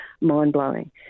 mind-blowing